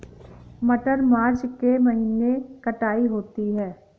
मटर मार्च के महीने कटाई होती है?